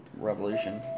revolution